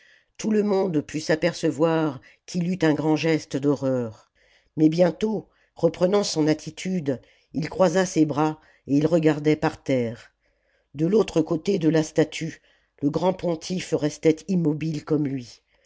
tout le monde put s'apercevoir qu'il eut un grand geste d'horreur mais bientôt reprenant son attitude il croisa ses bras et il regardait par terre de l'autre côté de la statue le grand pontife restait immobile comme lui